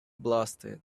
blasted